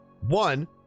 One